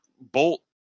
bolt